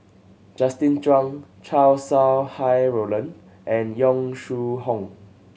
Justin Zhuang Chow Sau Hai Roland and Yong Shu Hoong